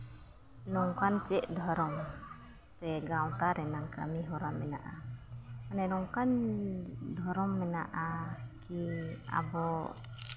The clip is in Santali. ᱱᱚᱝᱠᱟ ᱪᱮᱫ ᱫᱷᱚᱨᱚᱢ ᱥᱮ ᱜᱟᱶᱛᱟ ᱨᱮᱱᱟᱜ ᱠᱟᱹᱢᱤᱦᱚᱨᱟ ᱢᱮᱱᱟᱜᱼᱟ ᱢᱟᱱᱮ ᱱᱚᱝᱠᱟᱱ ᱫᱷᱚᱨᱚᱢ ᱢᱮᱱᱟᱜᱼᱟ ᱠᱤ ᱟᱵᱚ